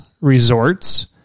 resorts